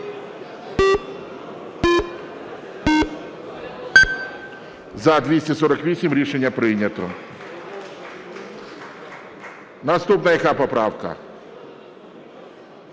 За-248 Рішення прийнято. Наступна яка поправка?